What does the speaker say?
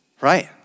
Right